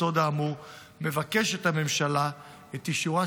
במקום להחליף את הממשלה הרעה